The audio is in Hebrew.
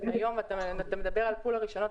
אתה מדבר על pool הרישיונות,